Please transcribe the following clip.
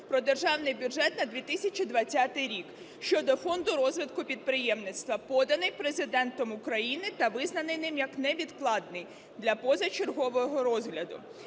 "Про Державний бюджет на 2020 рік" щодо Фонду розвитку підприємництва, поданий Президентом України та визнаний ним, як невідкладний для позачергового розгляду.